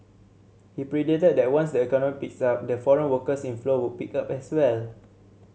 he predicted that once the economy picks up the foreign workers inflow would pick up as well